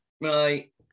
right